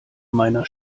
meiner